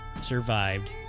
survived